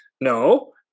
No